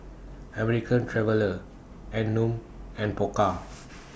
American Traveller Anmum and Pokka